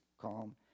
calm